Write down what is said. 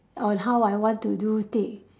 on how I want to do thing